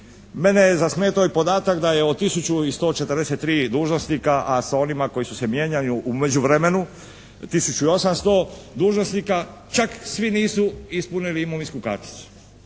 Mene je zasmetao i podatak da je od tisuću i 143 dužnosnika a sa onima koji su se mijenjali u međuvremenu tisuću i 800 dužnosnika, čak svi nisu ispunili imovinsku karticu.